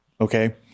okay